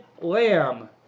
lamb